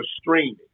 streaming